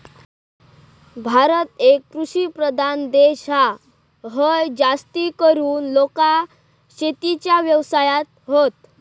भारत एक कृषि प्रधान देश हा, हय जास्तीकरून लोका शेतीच्या व्यवसायात हत